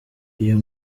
iyo